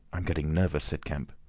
i'm getting nervous, said kemp.